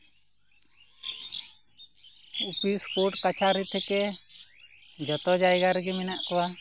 office court ᱠᱟᱪᱷᱟᱨᱤ ᱛᱷᱮᱠᱮ ᱡᱚᱛᱚ ᱡᱟᱭᱜᱟ ᱨᱮᱜᱮ ᱢᱮᱱᱟᱜ ᱠᱚᱣᱟ